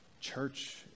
church